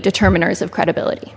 determiners of credibility